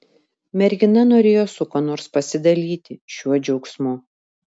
mergina norėjo su kuo nors pasidalyti šiuo džiaugsmu